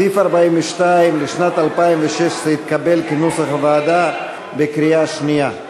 סעיף 42 לשנת 2016 התקבל כנוסח הוועדה בקריאה שנייה.